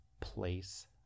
place